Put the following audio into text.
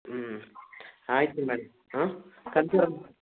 ಹ್ಞೂ ಆಯಿತು ಮೇಡಮ್ ಆಂ